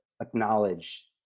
acknowledge